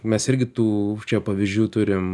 mes irgi tų čia pavyzdžių turim